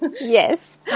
Yes